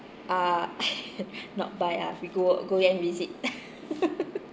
uh not buy ah we go go and visit